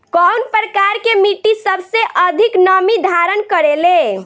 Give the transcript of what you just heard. कउन प्रकार के मिट्टी सबसे अधिक नमी धारण करे ले?